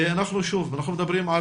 אנחנו שוב, אנחנו מדברים,